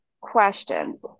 questions